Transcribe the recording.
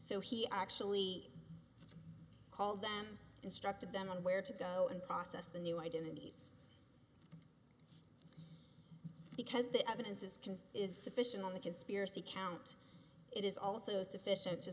so he actually called them instructed them on where to go and process the new identities because the evidence is can is sufficient on the conspiracy count it is also sufficient to